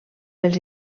els